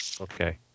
Okay